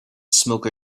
smoke